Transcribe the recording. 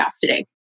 today